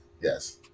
yes